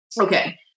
Okay